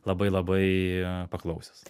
labai labai paklausios